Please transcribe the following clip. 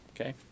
okay